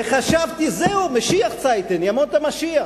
וחשבתי: זהו, "משיח צייטן", ימות המשיח.